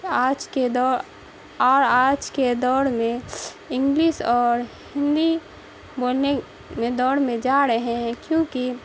آج کے دو اور آج کے دور میں انگلس اور ہندی بولنے میں دوڑ میں جا رہے ہیں کیونکہ